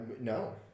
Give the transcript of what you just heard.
no